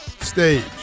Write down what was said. stage